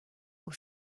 aux